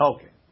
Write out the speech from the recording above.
Okay